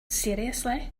seriously